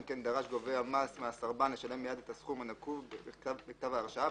כן דרש גובה המס מהסרבן לשלם מייד את הסכום הנקוב בכתב ההרשאה,